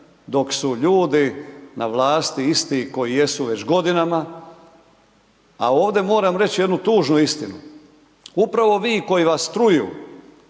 dok su ljudi na vlasti isti koji jesu već godinama a ovdje moram reći jednu tužnu istinu. Upravo vi koji vas truju,